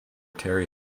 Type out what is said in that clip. terry